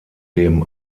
dem